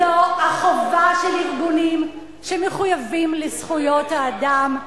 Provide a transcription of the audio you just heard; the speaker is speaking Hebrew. זו החובה של ארגונים שמחויבים לזכויות האדם,